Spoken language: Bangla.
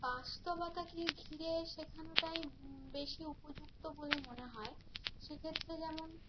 বাস্তবতাকে ঘিরে শেখানোটাই বেশি উপযুক্ত বলে মনে হয় সে ক্ষেত্রে যেমন